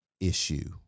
issue